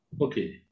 Okay